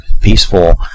peaceful